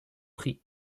prix